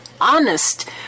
honest